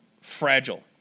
fragile